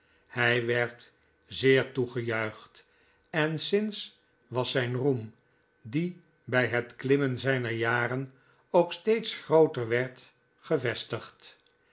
hij werd zeer toegejuicht en sinds was zijn roem die bij het klimmen zijner jaren ook steeds grooter werd gevestigd